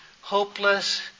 hopeless